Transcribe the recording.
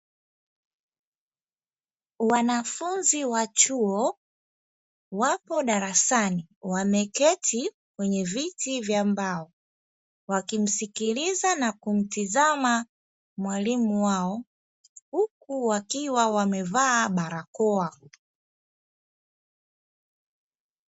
Wanafunzi wa chuo wako darasani, wameketi kwenye viti vya mbao, wakimsikiliza na kumtizama mwalimu wao, huku wakiwa wamevaaa barakoa.